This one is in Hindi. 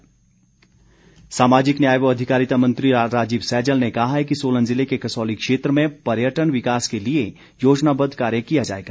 सैजल सामाजिक न्याय व अधिकारिता मंत्री राजीव सैजल ने कहा है कि सोलन ज़िले के कसौली क्षेत्र में पर्यटन विकास के लिए योजनाबद्ध कार्य किया जाएगा